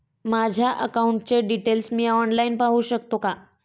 माझ्या अकाउंटचे डिटेल्स मी ऑनलाईन पाहू शकतो का?